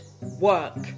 work